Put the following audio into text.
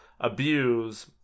abuse